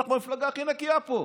אנחנו המפלגה הכי נקייה פה,